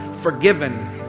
forgiven